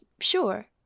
sure